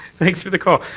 thanks for the call.